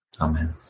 Amen